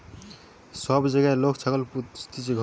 সব জাগায় লোক ছাগল পুস্তিছে ঘর